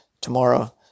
tomorrow